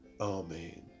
Amen